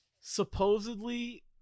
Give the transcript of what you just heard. supposedly